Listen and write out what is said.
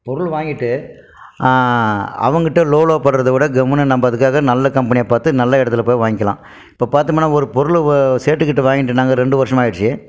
பொருள் வாங்கிட்டு அவன்கிட்டே லோலோ படுகிறத விட கம்முன்னு நம்ம அதுக்காக நல்ல கம்பனியாக பார்த்து நல்ல இடத்துல போய் வாங்க்கிலாம் இப்போ பார்த்தோம்னா ஒரு பொருளை ஓ சேட்டுகிட்டே வாங்கிட்டு நாங்கள் ரெண்டு வருஷமாக ஆகிடுச்சி